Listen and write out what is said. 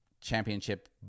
championship